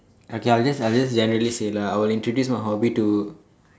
okay I will just I will just generally say lah I will introduce my hobby to